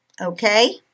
okay